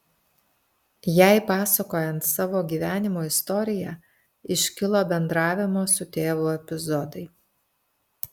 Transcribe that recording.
jai pasakojant savo gyvenimo istoriją iškilo bendravimo su tėvu epizodai